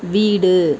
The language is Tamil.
வீடு